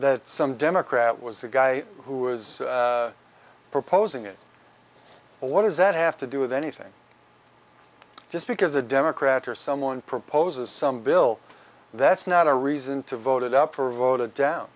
that some democrat was the guy who was proposing it well what does that have to do with anything just because a democrat or someone proposes some bill that's not a reason to vote it up for voted down